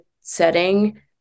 setting